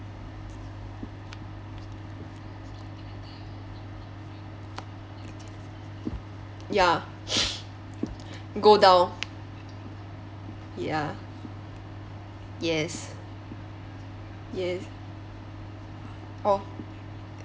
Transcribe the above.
ya go down ya yes yes orh